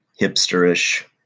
hipster-ish